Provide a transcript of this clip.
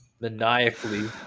maniacally